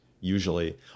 usually